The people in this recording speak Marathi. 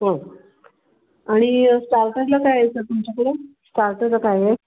हो आणि स्टार्टरला काय आहे सर तुमच्याकडे स्टार्टरला काय आहे